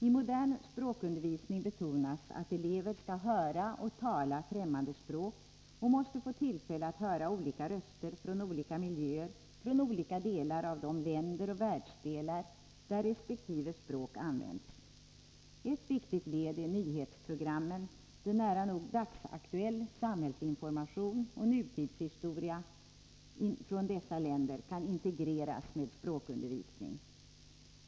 I modern språkundervisning betonas att elever skall höra och tala främmande språk och måste få tillfälle att höra olika röster från skilda miljöer, från olika delar av de länder och världsdelar där resp. språk används. Ett viktigt led är nyhetsprogrammen, där nära nog dagsaktuell samhällsinformation och nutidshistoria från dessa länder integreras med språkundervisning.